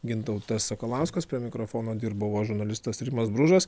gintautas sakalauskas prie mikrofono dirbau aš žurnalistas rimas bružas